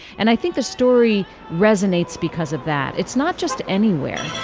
and i think the story resonates because of that it's not just anywhere.